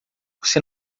você